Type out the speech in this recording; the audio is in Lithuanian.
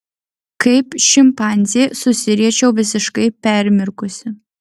kaip šimpanzė susiriečiau visiškai permirkusi